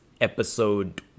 episode